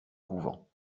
couvent